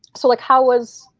so like how was